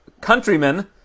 countrymen